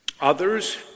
others